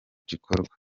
gikorwa